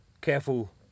careful